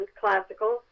classical